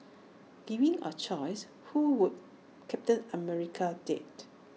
given A choice who would captain America date